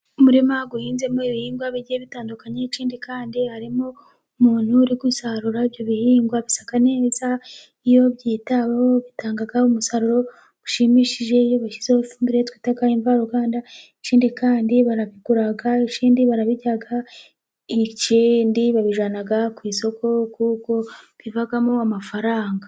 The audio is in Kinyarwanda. Umurima uhinzemo ibihingwa bigiye bitandukanye, ikindi kandi harimo umuntu uri gusarura ibyo bihingwa bisa neza iyo byitaweho bitanga umusaruro ushimishije. Iyo bashyizeho ifumbire twita imvaruganda, ikindi kandi barabigura ikindi barabirya, ikindi babijyana ku isoko kuko bivamo amafaranga.